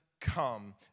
come